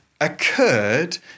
occurred